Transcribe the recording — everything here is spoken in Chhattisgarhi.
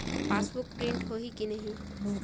पासबुक प्रिंट होही कि नहीं?